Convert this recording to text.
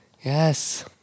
Yes